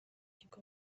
kigo